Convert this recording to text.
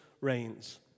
reigns